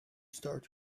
start